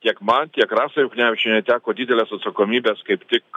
tiek man tiek rasai juknevičienei teko didelės atsakomybės kaip tik